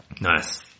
Nice